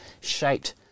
shaped